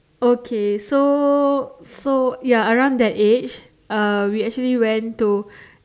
okay so so so ya around that age uh we actually went to